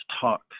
talk